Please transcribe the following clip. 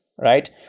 right